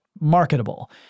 marketable